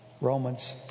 Romans